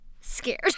Scared